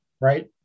right